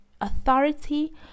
authority